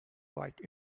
quite